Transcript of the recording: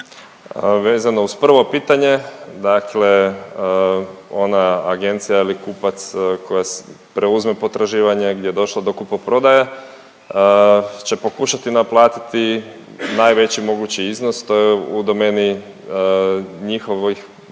Vezano uz prvo pitanje, dakle ona agencija ili kupac koja preuzme potraživanje gdje je došlo do kupoprodaje će pokušati naplatiti najveći mogući iznos. To je u domeni njihovih